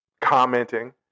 commenting